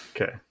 Okay